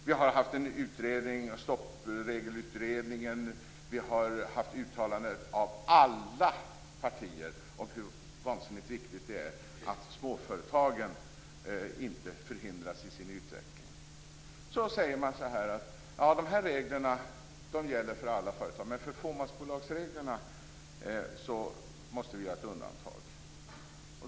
Vi har haft en utredning, Stoppregelutredningen, och vi har haft uttalanden från alla partier om hur vansinnigt viktigt det är att småföretagen inte förhindras i sin utveckling. Man säger att de här reglerna gäller för alla företag, men att vi måste göra ett undantag för fåmansbolagsreglerna.